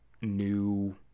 new